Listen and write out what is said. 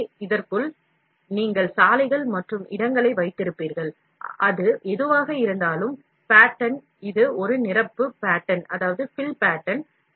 எனவே இதற்குள் நீங்கள் சாலைகள் மற்றும் இடங்களை வைத்திருப்பீர்கள் அது எதுவாக இருந்தாலும் pattern இது ஒரு நிரப்பு pattern